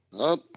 Up